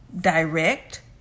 direct